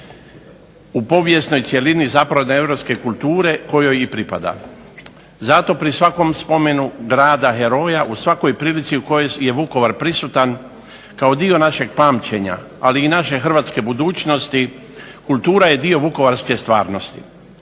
u povijesnoj cjelini zapadnoeuropske kulture kojoj i pripadamo. Zato pri svakom spomenu grada heroja, u svakoj prilici u kojoj je Vukovar prisutan kao dio našeg pamćenja ali i naše hrvatske budućnosti kultura je dio vukovarske stvarnosti.